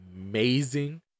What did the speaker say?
amazing